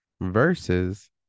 verses